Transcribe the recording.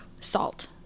Salt